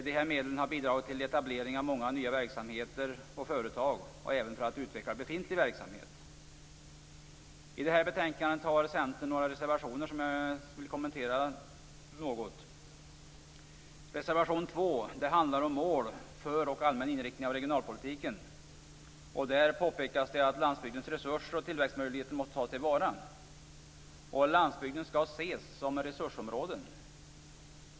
Dessa medel har bidragit till etablering av nya verksamheter och företag och även till att utveckla befintlig verksamhet. I det här betänkandet har Centern några reservationer som jag vill kommentera något. Reservation 2 handlar om mål för och allmän inriktning av regionalpolitiken. Där påpekas att landsbygdens resurser och tillväxtmöjligheter måste tas till vara. Landsbygden skall ses som resursområden.